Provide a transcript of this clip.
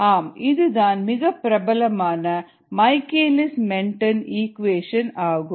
ஆம் இதுதான் மிகப்பிரபலமான மைக்கேலிஸ் மென்டென் ஈக்குவேஷன் ஆகும்